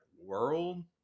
world